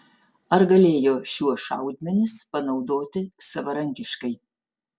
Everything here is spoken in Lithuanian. ar galėjo šiuos šaudmenis panaudoti savarankiškai